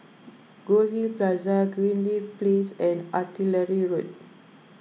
Goldhill Plaza Greenleaf Place and Artillery Road